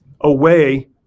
away